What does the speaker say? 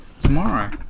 tomorrow